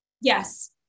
Yes